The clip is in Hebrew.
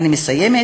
אני מסיימת.